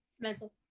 mental